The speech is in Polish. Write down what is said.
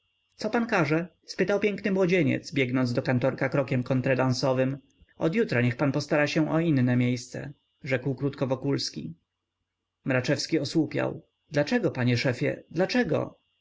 co pan każe spytał piękny młodzieniec biegnąc do kantorka krokiem kontredansowym od jutra niech pan postara się o inne miejsce rzekł krótko wokulski mraczewski osłupiał dlaczego panie szefie dlaczego